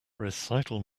recital